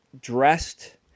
dressed